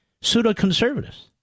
pseudo-conservatives